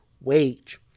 wage